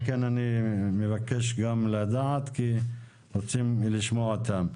על כן אני מבקש גם לדעת, כי רוצים לשמוע אותם.